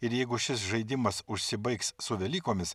ir jeigu šis žaidimas užsibaigs su velykomis